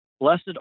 Blessed